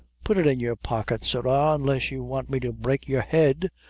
put it in your pocket, sirra, unless you want me to break your head.